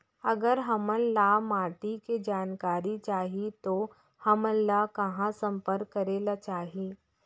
अगर हमन ला माटी के जानकारी चाही तो हमन ला कहाँ संपर्क करे ला चाही?